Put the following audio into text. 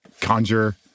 conjure